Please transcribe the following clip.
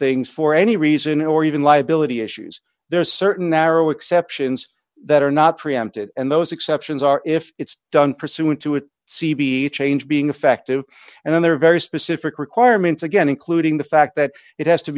things for any reason or even liability issues there are certain narrow exceptions that are not preempted and those exceptions are if it's done pursuant to a c b e change being effective and then there are very specific requirements again including the fact that it has to